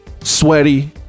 sweaty